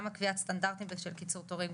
גם קביעת הסטנדרטים של קיצור תורים,